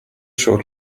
short